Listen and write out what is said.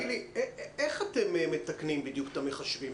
איך אתם מתקנים בדיוק את המחשבים?